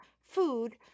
food